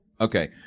Okay